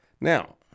now